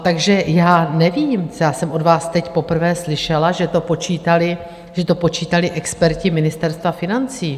Takže já nevím, já jsem od vás teď poprvé slyšela, že to počítali experti Ministerstva financí.